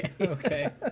Okay